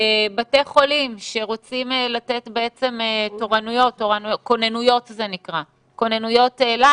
בתי חולים שרוצים לתת כוננויות לילה,